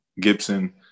Gibson